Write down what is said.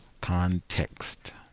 context